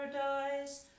paradise